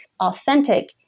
authentic